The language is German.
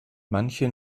manche